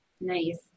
Nice